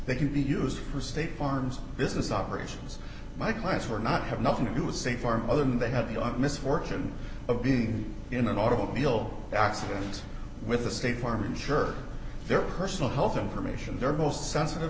they can be used for state farms business operations my clients are not have nothing to do with say farm other than they have your misfortune of being in an automobile accident with the state farm insure their personal health information their most sensitive